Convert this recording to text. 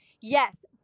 Yes